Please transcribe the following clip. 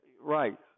right